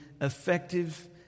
effective